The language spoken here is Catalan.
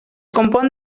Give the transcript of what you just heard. compon